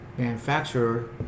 manufacturer